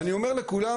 ואני אומר לכולם,